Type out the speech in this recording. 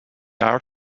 art